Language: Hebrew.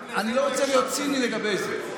גם, אני לא רוצה להיות ציני לגבי זה.